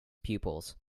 pupils